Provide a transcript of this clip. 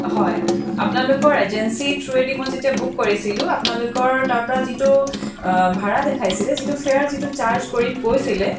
হয় আপোনালোকৰ এজেঞ্চি থ্ৰুৱেদি মই যেতিয়া বুক কৰিছিলোঁ আপোনালোকৰ তাৰ পৰা যিটো ভাৰা দেখাইছিলে যিটো ফেয়াৰ চাৰ্জ কৰিম কৈছিলে